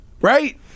Right